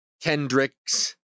Kendricks